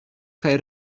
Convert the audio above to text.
kaj